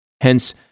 Hence